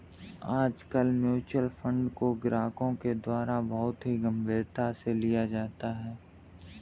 आजकल mutual fund को ग्राहकों के द्वारा बहुत ही गम्भीरता से लिया जाता है